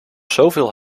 zoveel